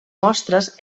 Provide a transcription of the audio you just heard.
mostres